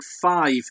five